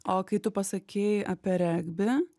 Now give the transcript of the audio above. o kai tu pasakei apie regbį